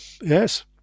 yes